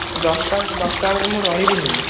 ଦଶଟା ଦଶଟା ବେଳକୁ ମୁଁ ରହିବିନି